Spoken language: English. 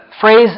phrase